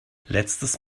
letztes